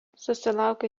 susilaukė